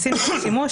עשינו שימוש,